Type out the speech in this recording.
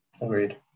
Agreed